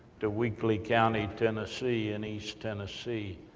to weakley county, tennessee, in east tennessee,